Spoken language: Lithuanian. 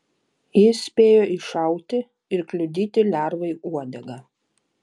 jis spėjo iššauti ir kliudyti lervai uodegą